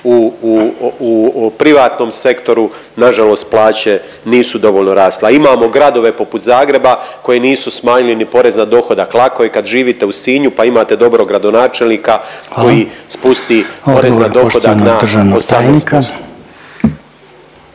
u privatnom sektoru nažalost plaće nisu dovoljno rasle. A imamo gradove poput Zagreba koji nisu smanjili ni porez na dohodak. Lako je kad živite u Sinju pa imate dobrog gradonačelnika …/Upadica Reiner: Hvala./… koji